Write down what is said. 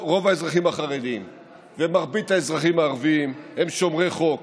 החרדים ומרבית האזרחים הערבים הם שומרי חוק,